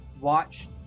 watch